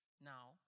Now